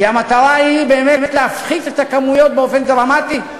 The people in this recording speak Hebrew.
כי המטרה היא באמת להפחית את הכמויות באופן דרמטי.